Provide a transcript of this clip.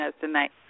tonight